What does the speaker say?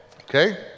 okay